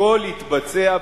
הכול יתבצע,